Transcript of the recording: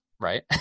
right